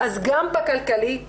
אז גם בהיבט הכלכלי,